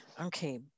Okay